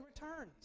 returns